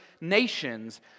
nations